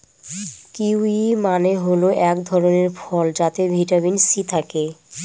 kiwi মানে হল এক ধরনের ফল যাতে ভিটামিন সি থাকে